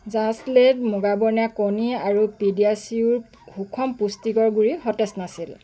just laid মুগা বৰণীয়া কণী আৰু পিডিয়াচিউৰ সুষম পুষ্টিকৰ গুড়ি সতেজ নাছিল